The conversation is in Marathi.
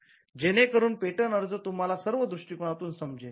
जेणेकरुन पेटंट अर्ज तुम्हाला सर्व दृष्टिकोनातून समजेल